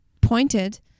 pointed